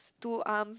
two arms